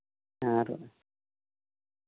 ᱟᱨ